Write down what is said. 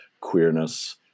queerness